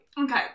okay